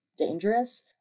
dangerous